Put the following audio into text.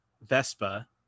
Vespa